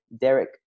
Derek